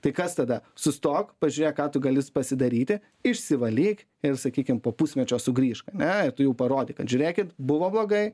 tai kas tada sustok pažiūrėk ką tu gali pasidaryti išsivalyk ir sakykim po pusmečio sugrįžk ane ir tu jau parodei kad žiūrėkit buvo blogai